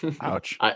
Ouch